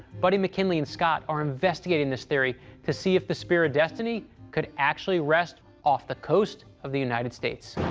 buddy, mckinley, and scott are investigating this theory to see if the spear of destiny could actually rest off the coast of the united states.